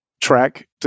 track